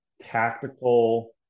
tactical